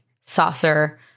saucer